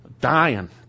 dying